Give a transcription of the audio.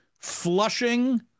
flushing